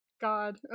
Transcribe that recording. God